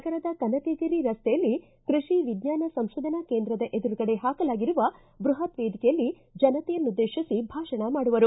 ನಗರದ ಕನಕಗಿರಿ ರಸ್ತೆಯಲ್ಲಿ ಕೃಷಿ ವಿಜ್ಞಾನ ಸಂಶೋಧನಾ ಕೇಂದ್ರದ ಎದುರುಗಡೆ ಪಾಕಲಾಗಿರುವ ಬೃಹತ್ ವೇದಿಕೆಯಲ್ಲಿ ಭಾರಿ ಜನತೆಯನ್ನುದ್ದೇಶಿಸಿ ಭಾಷಣ ಮಾಡಲಿದ್ದಾರೆ